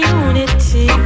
unity